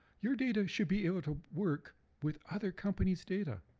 your data should be able to work with other companies' data.